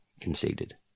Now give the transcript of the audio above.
conceded